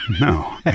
No